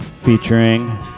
featuring